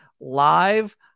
live